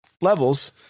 levels